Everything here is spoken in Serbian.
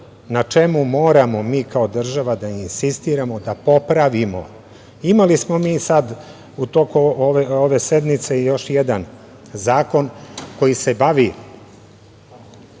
na čemu moramo mi kao država da insistiramo da popravimo. Imali smo mi sada u toku ove sednice još jedan zakon koji se bavi